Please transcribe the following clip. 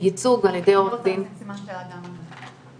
אני רוצה לשים סימן שאלה ליד זה.